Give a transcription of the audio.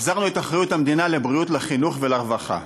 החזרנו את אחריות המדינה לבריאות, לחינוך ולרווחה.